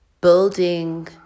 building